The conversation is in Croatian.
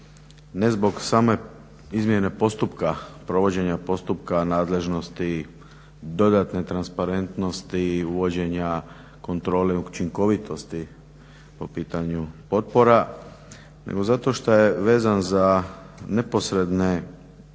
ne zbog same izmjene postupka provođenja postupka, nadležnosti, dodatne transparentnosti, uvođenja kontrole učinkovitosti po pitanju potpora nego zato što je vezan za neposredne